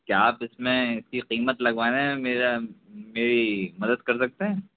کیا آپ اِس میں اِس کی قیمت لگوانے میں میرا میری مدد کر سکتے ہیں